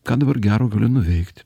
ką dabar gero galiu nuveikt